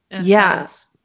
Yes